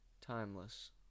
Timeless